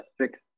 six